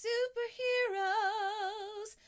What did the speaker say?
Superheroes